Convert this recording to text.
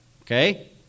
Okay